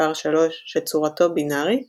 מספר 3 שצורתו בינארית